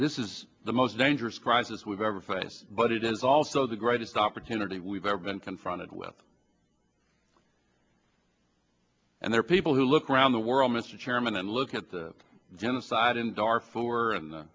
this is the most dangerous crisis we've ever faced but it is also the greatest opportunity we've ever been confronted with and there are people who look around the world mr chairman and look at the genocide in darfur and the